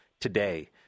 today